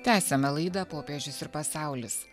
tęsiame laidą popiežius ir pasaulis